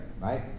right